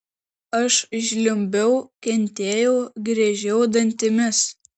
aš žliumbiau kentėjau griežiau dantimis